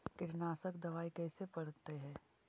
कीटनाशक दबाइ कैसे पड़तै है?